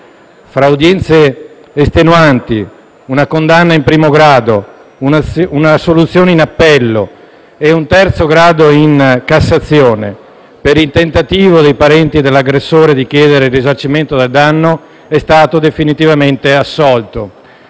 fra udienze estenuanti, una condanna in primo grado, un'assoluzione in appello e un terzo grado in Cassazione, per il tentativo dei parenti dell'aggressore di chiedere il risarcimento del danno, è stato definitivamente assolto,